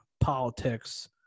politics